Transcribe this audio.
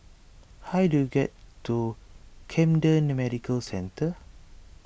how do I get to Camden Medical Centre